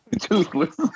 Toothless